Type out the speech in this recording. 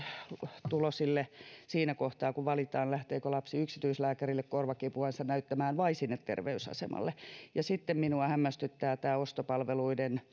keskituloisille siinä kohtaa kun valitaan lähteekö lapsi yksityislääkärille korvakipuansa näyttämään vai sinne terveysasemalle sitten minua hämmästyttävät nämä ostopalveluiden